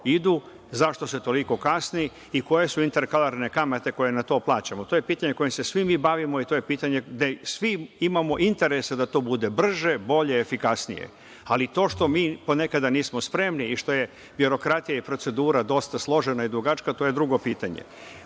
idu, zašto se toliko kasni i koje su interkalarne kamate koje na to plaćamo? To je pitanje kojim se svi mi bavimo i to je pitanje gde svi imamo interes da to bude brže, bolje, efikasnije. Ali, to što ponekad nismo spremni i što je birokratija i procedura dosta složena i dugačka, to je drugo pitanje.U